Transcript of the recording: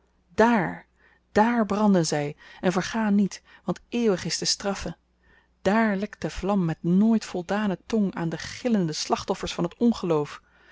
dààr dààr branden zy en vergaan niet want eeuwig is de straffe dààr lekt de vlam met nooit voldane tong aan de gillende slachtoffers van het ongeloof